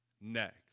next